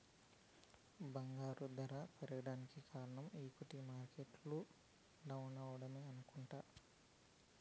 బంగారం దర పెరగేదానికి కారనం ఈక్విటీ మార్కెట్లు డౌనవ్వడమే అనుకుంట